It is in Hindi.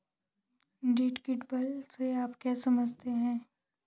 डिडक्टिबल से आप क्या समझते हैं?